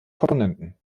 komponenten